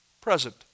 Present